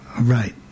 Right